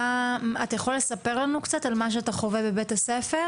האם אתה יכול לספר לנו קצת על מה שאתה חווה בבית הספר?